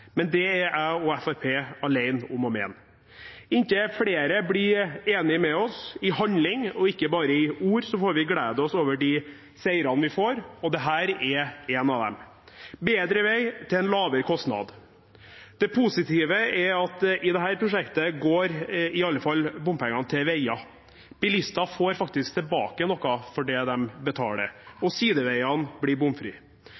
Men det er jeg og Fremskrittspartiet alene om å mene. Inntil flere blir enig med oss i handling og ikke bare i ord, får vi glede oss over de seirene vi får, og dette er én av dem: bedre vei til en lavere kostnad. Det positive er at i dette prosjektet går i alle fall bompengene til veier. Bilistene får faktisk tilbake noe for det de betaler,